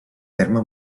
terme